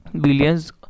billions